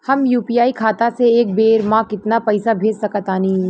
हम यू.पी.आई खाता से एक बेर म केतना पइसा भेज सकऽ तानि?